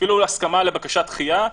אפילו הסכמה לבקשת דחייה,